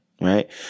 right